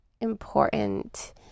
important